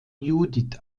judith